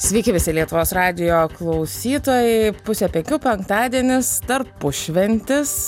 sveiki visi lietuvos radijo klausytojai pusė penkių penktadienis tarpušventis